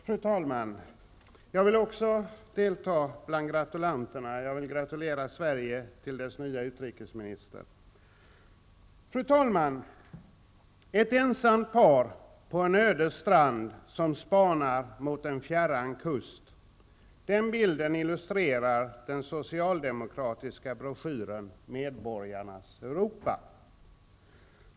Fru talman! Jag vill också delta bland gratulanterna. Jag vill gratulera Sverige till dess nya utrikesminister. Fru talman! Ett ensamt par på en öde strand spanar mot en fjärran kust. Det är den bild som illustrerar den socialdemokratiska broschyren Medborgarnas Europa.